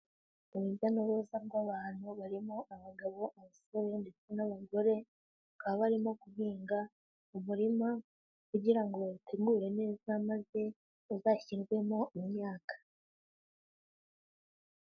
Urujya n'uruza rwa'bantu barimo abagabo, abasore ndetse n'abagore, barimo guhinga umurima kugira ngo batemure neza maze uzashyirwemo imyaka.